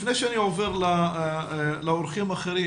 לפני שאני עובר לאורחים האחרים,